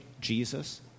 Jesus